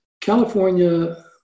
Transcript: California